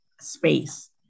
space